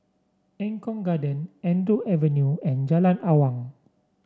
Eng Kong Garden Andrew Avenue and Jalan Awang